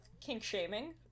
kink-shaming